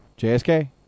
JSK